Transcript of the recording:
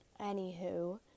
anywho